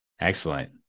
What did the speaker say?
Excellent